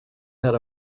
had